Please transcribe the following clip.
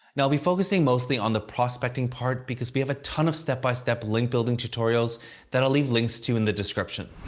now, i'll be focusing mostly on the prospecting part because we have a ton of step-by-step link building tutorials that i'll leave links links to in the description.